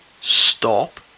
stop